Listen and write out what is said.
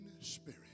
spirit